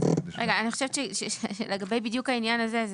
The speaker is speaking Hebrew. אני חושבת שלגבי בדיוק העניין הזה,